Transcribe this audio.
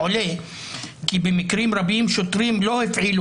עולה כי במקרים רבים שוטרים לא הפעילו